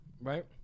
right